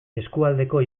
eskualdeko